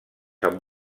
amb